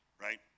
Right